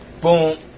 boom